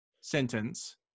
sentence